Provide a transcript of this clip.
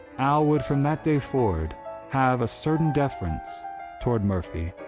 al would from that day forward have a certain deference toward murphy.